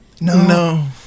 no